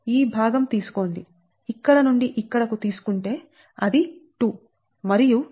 ఈ భాగం తీసుకోండి ఇక్కడ నుండి ఇక్కడకు తీసుకుంటే అది 2 మరియు ఇక్కడ నుండి ఇక్కడకు 0